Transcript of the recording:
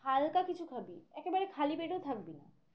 হালকা কিছু খাবি একেবারে খালি পেটেও থাকবি না